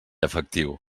efectiu